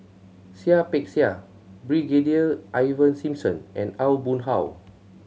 Seah Peck Seah Brigadier Ivan Simson and Aw Boon Haw